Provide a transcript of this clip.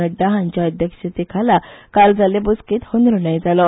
नड्डा हांच्या अध्यक्षतेखाला काल जाल्ले बसकेत हो निर्णय जालो